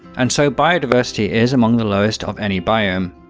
and so biodiversity is among the lowest of any biome.